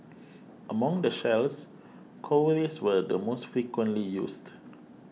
among the shells cowries were the most frequently used